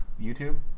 YouTube